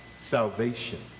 salvation